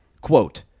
quote